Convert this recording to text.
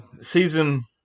Season